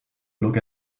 look